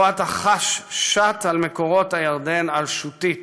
שבו אתה חש שט על מקורות הירדן על שוטית,